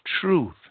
truth